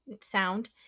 sound